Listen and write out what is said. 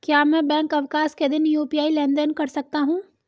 क्या मैं बैंक अवकाश के दिन यू.पी.आई लेनदेन कर सकता हूँ?